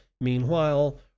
Meanwhile